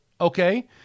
okay